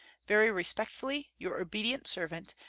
very respectfully, your obedient servant,